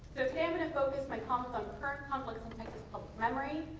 today i'm going to focus my comments on current conflicts in texas public memory.